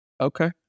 Okay